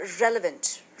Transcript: relevant